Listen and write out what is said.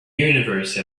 universe